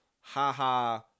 Haha